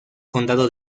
condado